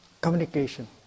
communication